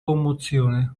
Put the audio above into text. commozione